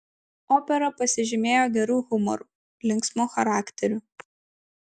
opera pasižymėjo geru humoru linksmu charakteriu